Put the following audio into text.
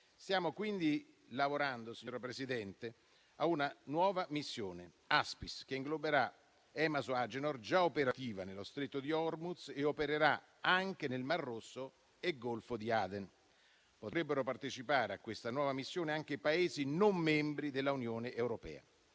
Stiamo quindi lavorando, signora Presidente, a una nuova missione, Aspis, che ingloberà Emasoh-Agenor, già operativa nello Stretto di Hormuz, e opererà anche nel mar Rosso e Golfo di Aden. Potrebbero partecipare a questa nuova missione anche i Paesi non membri dell'Unione europea.